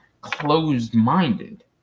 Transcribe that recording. closed-minded